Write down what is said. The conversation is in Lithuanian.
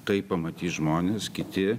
tai pamatys žmonės kiti